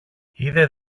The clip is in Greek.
είδε